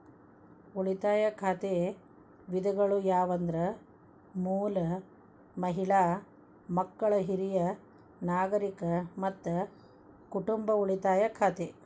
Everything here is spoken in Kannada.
ಉಳಿತಾಯ ಖಾತೆ ವಿಧಗಳು ಯಾವಂದ್ರ ಮೂಲ, ಮಹಿಳಾ, ಮಕ್ಕಳ, ಹಿರಿಯ ನಾಗರಿಕರ, ಮತ್ತ ಕುಟುಂಬ ಉಳಿತಾಯ ಖಾತೆ